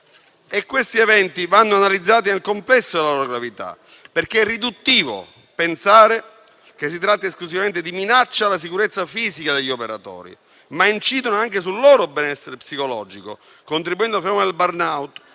Questi eventi vanno analizzati nel complesso della loro gravità: è riduttivo pensare che si tratti esclusivamente di minaccia alla sicurezza fisica degli operatori, poiché incidono anche sul loro benessere psicologico, contribuendo al fenomeno del *burnout*,